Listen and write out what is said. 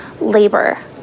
labor